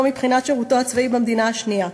מבחינת שירותו הצבאי במדינה השנייה.